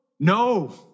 No